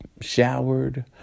showered